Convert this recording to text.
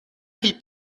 fil